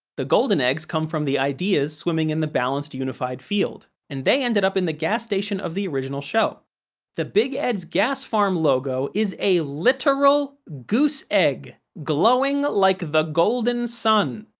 the golden eggs come from the ideas swimming in the balanced unified field, and they ended up in the gas station of the original show the big ed's gas farm logo is a literal goose egg, glowing like the golden sun.